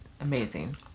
amazing